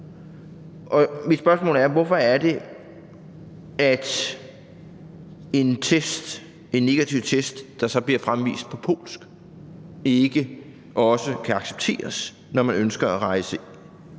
Mit spørgsmål er: Hvorfor kan en negativ test, som bliver fremvist på polsk, ikke accepteres, når man ønsker at rejse ind